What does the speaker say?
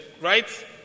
right